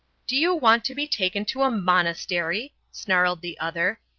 do you want to be taken to a monastery, snarled the other,